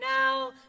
now